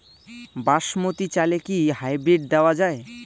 বাসমতী চালে কি হাইব্রিড দেওয়া য়ায়?